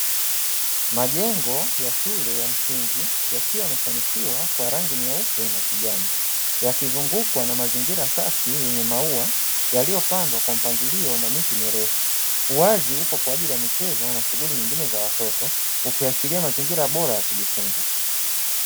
Majengo ya shule ya msingi yakiwa yamesanifiwa kwa rangi nyeupe na kijani, yakizungukwa na mazingira safi yenye maua yaliyopandwa kwa mpangilio na miti mirefu. Uwazi upo kwa ajili ya michezo na shughuli nyingine za watoto, ukiashiria mazingira bora ya kujifunza.